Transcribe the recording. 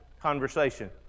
conversation